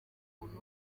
umuntu